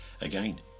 Again